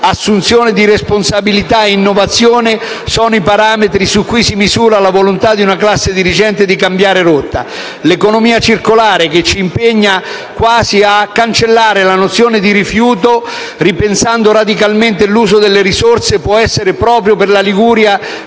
assunzione di responsabilità e innovazione sono i parametri su cui si misura la volontà di cambiare rotta di una classe dirigente. L'economia circolare, che ci impegna quasi a cancellare la nozione di rifiuto, ripensando radicalmente l'uso delle risorse, può essere, proprio per la Liguria,